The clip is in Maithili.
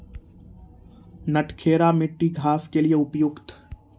नटखेरा मिट्टी घास के लिए उपयुक्त?